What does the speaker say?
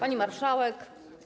Pani Marszałek!